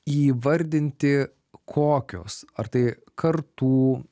įvardinti kokios ar tai kartų